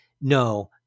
no